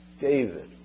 David